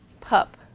pup